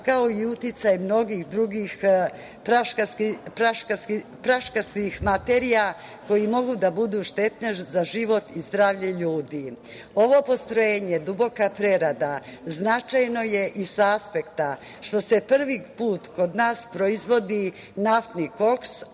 kao i uticaj mnogih drugih praškastih materija koji mogu da budu štetne za život i zdravlje ljudi. Ovo postrojenje „Duboka prerada“ značajno je i sa aspekta što se prvi put kod nas proizvodi naftni koks,